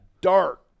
dark